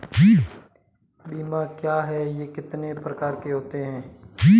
बीमा क्या है यह कितने प्रकार के होते हैं?